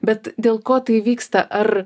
bet dėl ko tai vyksta ar